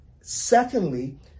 Secondly